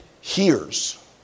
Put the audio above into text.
hears